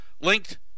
linked